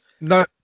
No